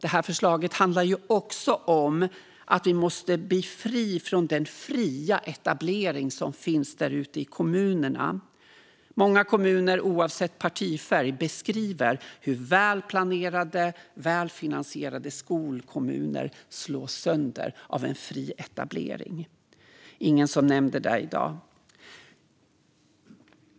Det här förslaget handlar också om att vi måste bli fria från den fria etablering som finns där ute i kommunerna. Många kommuner oavsett partifärg beskriver hur välplanerade, välfinansierade skolkommuner slås sönder av fri etablering. Det var ingen som nämnde det i dag.